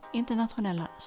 internationella